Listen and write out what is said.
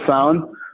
Sound